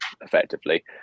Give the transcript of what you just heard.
effectively